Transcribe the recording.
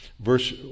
verse